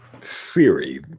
theory